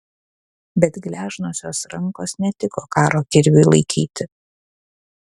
bet gležnos jos rankos netiko karo kirviui laikyti